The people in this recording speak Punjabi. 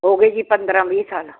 ਹੋ ਗਏ ਜੀ ਪੰਦਰਾਂ ਵੀਹ ਸਾਲ